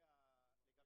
תן לי